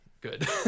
Good